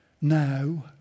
now